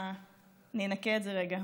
אני אנקה את זה רגע,